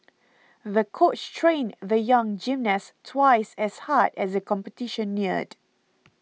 the coach trained the young gymnast twice as hard as the competition neared